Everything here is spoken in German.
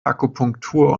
akupunktur